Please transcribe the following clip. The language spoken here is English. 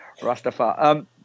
Rastafari